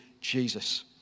Jesus